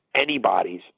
anybody's